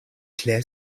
clear